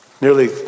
Nearly